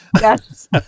Yes